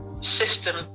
system